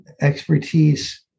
expertise